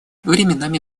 временами